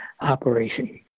operation